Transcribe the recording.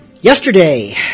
Yesterday